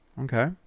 Okay